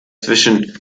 zwischen